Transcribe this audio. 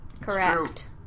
Correct